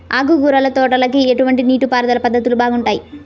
ఆకుకూరల తోటలకి ఎటువంటి నీటిపారుదల పద్ధతులు బాగుంటాయ్?